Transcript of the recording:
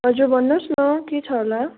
हजुर भन्नुहोस् न के छ होला